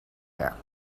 jaar